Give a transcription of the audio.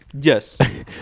yes